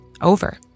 over